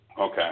Okay